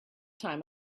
time